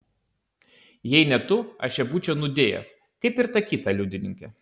jei ne tu aš ją būčiau nudėjęs kaip ir tą kitą liudininkę